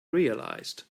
realized